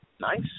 nice